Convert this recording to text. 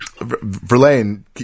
Verlaine